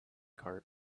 cart